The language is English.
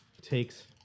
takes